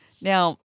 Now